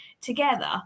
together